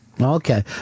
Okay